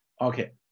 Okay